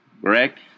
correct